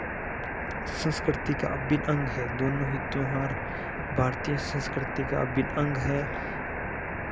संस्कृति का अभिन्न अंग है दोनों ही त्योहार भारतीय संस्कृति का अभिन्न अंग है